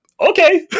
Okay